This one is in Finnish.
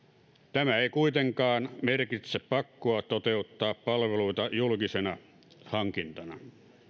tämä ei kuitenkaan merkitse pakkoa toteuttaa palveluita julkisena hankintana